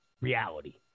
reality